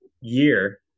year